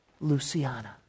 Luciana